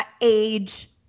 age-